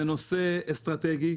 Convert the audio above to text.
זה נושא אסטרטגי,